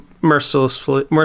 mercilessly